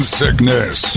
sickness